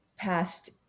Past